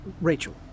Rachel